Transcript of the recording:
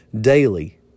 daily